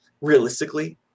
realistically